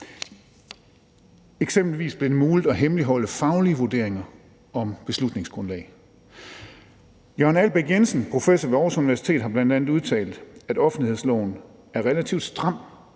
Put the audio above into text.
Eksempelvis blev det muligt at hemmeligholde faglige vurderinger om beslutningsgrundlag. Jørgen Albæk Jensen, professor ved Aarhus Universitet, har bl.a. udtalt, at offentlighedsloven er relativt stram,